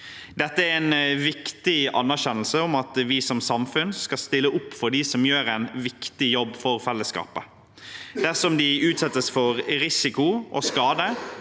Dette er en viktig anerkjennelse av at vi som samfunn skal stille opp for dem som gjør en viktig jobb for fellesskapet. Dersom de utsettes for risiko og skade,